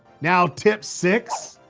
now tip six,